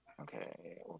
Okay